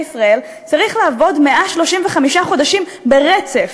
ישראל צריך לעבוד 135 חודשים ברצף,